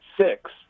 six